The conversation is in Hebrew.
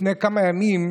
לפני כמה ימים,